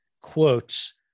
quotes